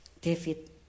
David